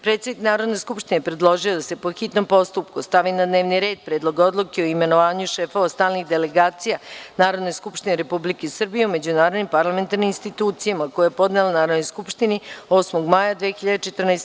Predsednik Narodne skupštine Maja Gojković je predložila da se po hitnom postupku stavi na dnevni red Predlog Odluke o imenovanju šefova stalnih delegacija Narodne skupštine Republike Srbije u međunarodnim parlamentarnim institucijama, koji je podnela Narodnoj skupštini 8. maja 2014. godine.